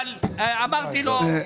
אמרתי לו.